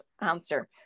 answer